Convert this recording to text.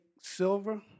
silver